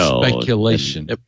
speculation